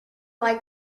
like